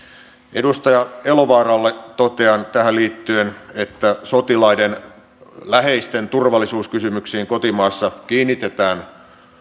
edustaja elovaaralle totean tähän liittyen että sotilaiden läheisten turvallisuuskysymyksiin kotimaassa kiinnitetään